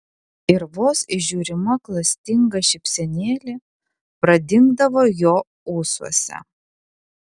ir vos įžiūrima klastinga šypsenėlė pradingdavo jo ūsuose